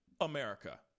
America